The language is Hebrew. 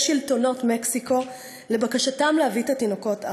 שלטונות מקסיקו לבקשתם להביא את התינוקות ארצה.